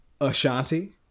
Ashanti